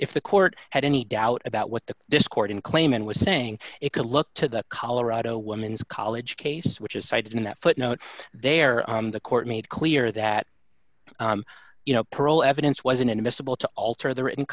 if the court had any doubt about what the discord in claiming was saying it could look to the colorado woman's college case which is cited in that footnote there on the court made clear that you know pearl evidence wasn't miscible to alter the written